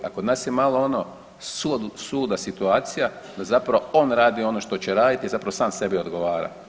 A kod nas je malo ono suluda situacija da zapravo on radi ono što će raditi i zapravo sam sebi odgovara.